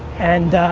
and